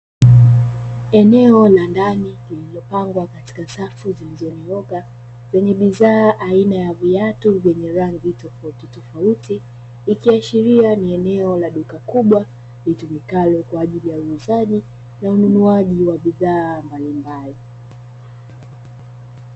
Eneo la ndani lililopangwa katika safu zilizonyooka lenye bidhaa aina ya viatu vyenye rangi tofauti tofauti, ikiashiria ni eneo la duka kubwa litumikalo kwa ajili ya uuzaji na ununuaji wa bidhaa mbalimbali.